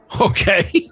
Okay